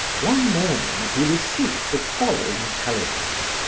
one morning he received the following telegram